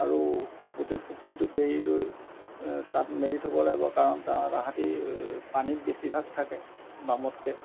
আৰু গোটেই পুখুৰীটো বেৰি লৈ মেলি থ'ব লাগিব কাৰণ তাহাঁতি পানীত বেছিভাগ থাকে বামতকৈ